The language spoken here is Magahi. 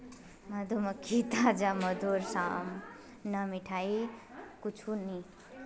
मधुमक्खीर ताजा मधुर साम न मिठाई कुछू नी